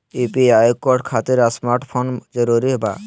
UPI code खातिर smart mobile जरूरी बा?